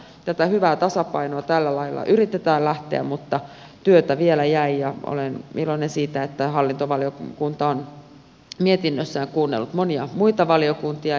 tätä hyvää tasapainoa tällä lailla yritetään mutta työtä vielä jäi ja olen iloinen siitä että hallintovaliokunta on mietinnössään kuunnellut monia muita valiokuntia